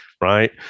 Right